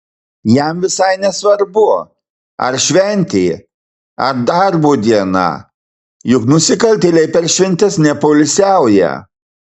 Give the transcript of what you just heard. jam visai nesvarbu ar šventė ar darbo diena juk nusikaltėliai per šventes nepoilsiauja